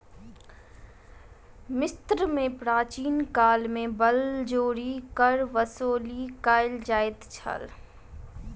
मिस्र में प्राचीन काल में बलजोरी कर वसूली कयल जाइत छल